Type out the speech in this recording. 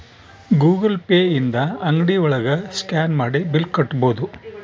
Google Pay ಇಂದ ಅಂಗ್ಡಿ ಒಳಗ ಸ್ಕ್ಯಾನ್ ಮಾಡಿ ಬಿಲ್ ಕಟ್ಬೋದು